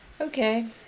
Okay